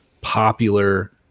popular